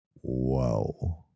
Whoa